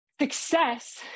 Success